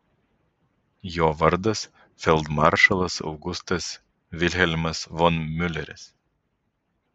jo vardas feldmaršalas augustas vilhelmas von miuleris